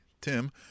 Tim